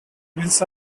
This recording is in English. wins